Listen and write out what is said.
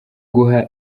guha